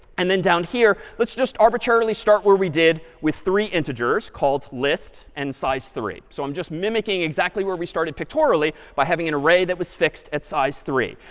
and then down here, let's just arbitrarily start where we did with three integers, called list and size three. so i'm just mimicking exactly where we started pictorially by having an array that was fixed at size three.